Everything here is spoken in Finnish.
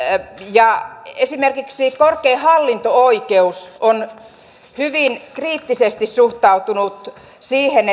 esimerkiksi korkein hallinto oikeus on hyvin kriittisesti suhtautunut siihen